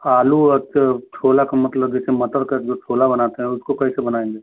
आलू तो छोला का मतलब जैसे मटर का जो छोला बनाते हैं उसको कैसे बनाएँगे